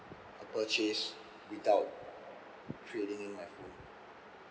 purchase without trading in my phone